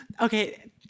Okay